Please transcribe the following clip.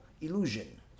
illusion